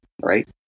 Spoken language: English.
right